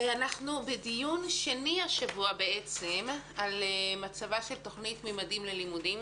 אנחנו בדיון שני השבוע על מצבה של תוכנית "ממדים ללימודים"